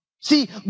See